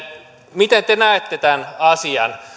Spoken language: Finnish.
miten te näette tämän asian